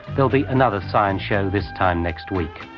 there'll be another science show this time next week.